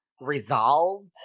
resolved